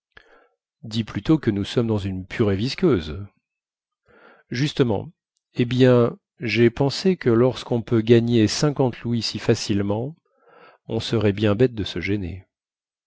dis plutôt que nous sommes dans une purée visqueuse justement eh bien jai pensé que lorsquon peut gagner cinquante louis si facilement on serait bien bête de se gêner